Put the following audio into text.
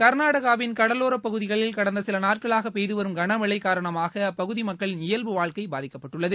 கர்நாடகாவின் கடலோரப் பகுதிகளில் கடந்த சில நாட்களாகப் பெய்துவரும் கனமழை காரணமாக அப்பகுதி மக்களின் இயல்பு வாழ்க்கை பாதிக்கப்பட்டுள்ளது